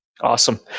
Awesome